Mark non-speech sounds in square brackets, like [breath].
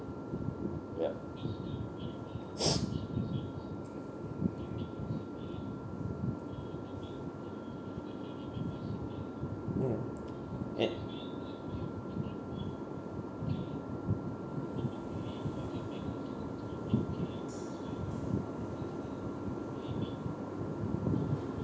yup [breath] mm uh